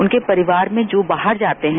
उनके परिवार में जो बाहर जाते हैं